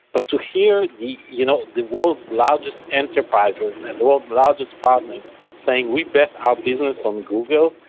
ah to hear the you know the world's largest enterprises and the world's largest partners saying we bet our business on google,